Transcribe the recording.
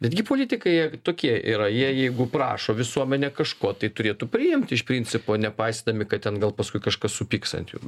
betgi politikai tokie yra jie jeigu prašo visuomenė kažko tai turėtų priimt iš principo nepaisydami kad ten gal paskui kažkas supyks ant jų